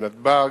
בנתב"ג.